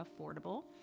affordable